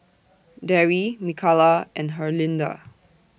Darry Mikalah and Herlinda